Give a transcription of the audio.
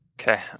Okay